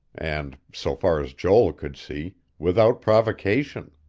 and so far as joel could see without provocation.